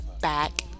back